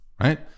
Right